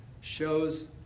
shows